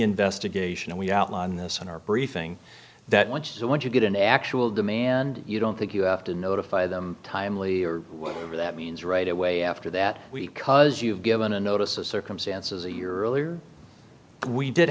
investigation and we outline this in our briefing that once when you get an actual demand you don't think you have to notify them timely or whatever that means right away after that week because you've given a notice of circumstances a year earlier we did